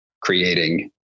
creating